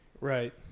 Right